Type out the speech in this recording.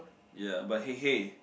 ya but hey hey